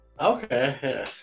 Okay